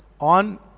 on